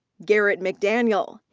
garrett mcdaniel.